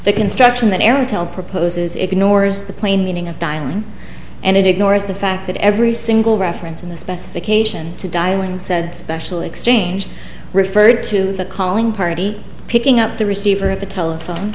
the construction that area tel proposes ignores the plain meaning of dialing and it ignores the fact that every single reference in the specification to dialing said special exchange referred to the calling party picking up the receiver of the telephone